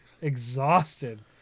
exhausted